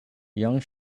young